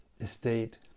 estate